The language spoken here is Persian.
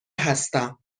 هستم